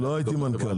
לא הייתי מנכ"ל.